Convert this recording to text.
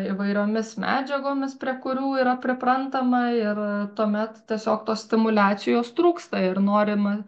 įvairiomis medžiagomis prie kurių yra priprantama ir tuomet tiesiog tos stimuliacijos trūksta ir norima